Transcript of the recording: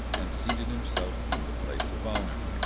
and seated himself in the place of honour.